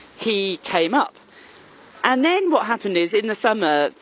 he came up and then what happened is in the summer,